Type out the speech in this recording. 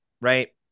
right